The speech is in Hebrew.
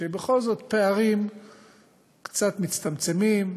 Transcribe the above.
שבכל זאת פערים קצת מצטמצמים,